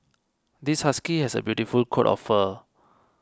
this husky has a beautiful coat of fur